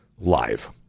live